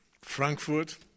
Frankfurt